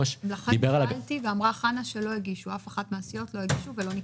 לכן שאלתי וחנה רותם אמרה שאף אחת מן הסיעות לא הגישה